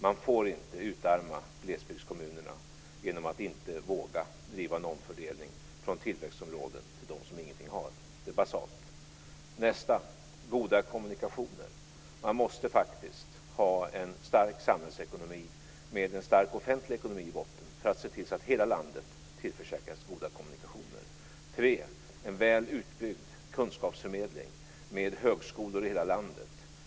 Man får inte utarma glesbygdskommunerna genom att inte våga driva en omfördelning från tillväxtområden till dem som ingenting har. Detta är basalt. 2. Goda kommunikationer behövs. Man måste faktiskt ha en stark samhällsekonomi, med en stark offentlig ekonomi i botten, för att se till att hela landet tillförsäkras goda kommunikationer. 3. En väl utbyggd kunskapsförmedling behövs, med högskolor i hela landet.